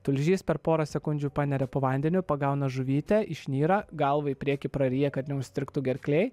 tulžys per porą sekundžių paneria po vandeniu pagauna žuvytę išnyra galva į priekį praryja kad neužstrigtų gerklėj